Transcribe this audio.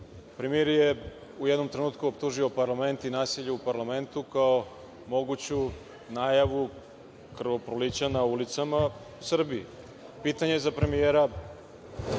Premijer je u jednom trenutku optužio parlament i nasilje u parlamentu kao moguću najavu krvoprolića na ulicama u Srbiji. Pitanje za premijera